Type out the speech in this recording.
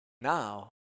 now